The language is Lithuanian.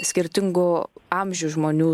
skirtingų amžių žmonių